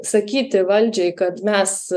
sakyti valdžiai kad mes